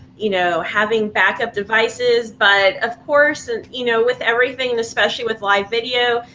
you know, having backup devices. but of course, and you know, with everything, especially with live video,